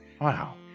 Wow